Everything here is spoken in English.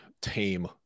tame